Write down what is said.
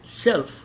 Self